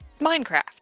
minecraft